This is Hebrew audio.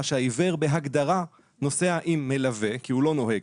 שהעיוור בהגדרה נוסע עם מלווה כי הוא לא נוהג,